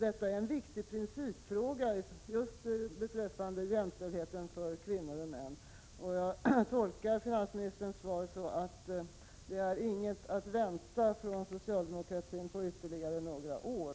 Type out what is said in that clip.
Detta är en viktig principfråga just beträffande jämställdheten mellan kvinnor och män. Jag tolkar finansministerns svar så att inget är att vänta från socialdemokratin på ytterligare några år.